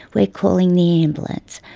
we're calling the ambulance.